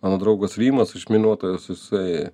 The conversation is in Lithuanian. mano draugas rimas išminuotojas jisai